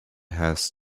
had